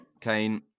Kane